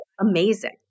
amazing